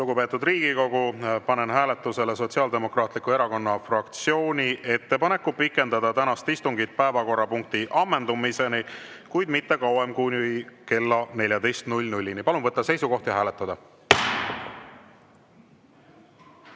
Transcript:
Lugupeetud Riigikogu, panen hääletusele Sotsiaaldemokraatliku Erakonna fraktsiooni ettepaneku pikendada tänast istungit päevakorrapunkti ammendumiseni, kuid mitte kauem kui kella 14‑ni. Palun võtta seisukoht ja hääletada!